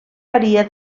varia